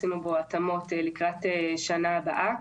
עשינו בו התאמות לקראת שנה הבאה.